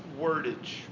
wordage